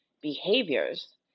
behaviors